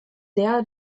der